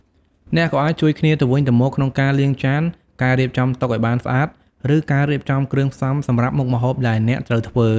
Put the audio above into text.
អ្នកអាចជួយគ្នាទៅវិញទៅមកក្នុងការលាងចាន ការរៀបចំតុឱ្យបានស្អាត ឬការរៀបចំគ្រឿងផ្សំសម្រាប់មុខម្ហូបដែលអ្នកត្រូវធ្វើ។